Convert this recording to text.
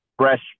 fresh